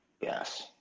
Yes